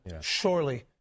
Surely